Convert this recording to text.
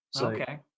Okay